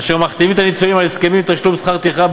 אשר מחתימים את הניצולים על הסכמים לתשלום שכר טרחה,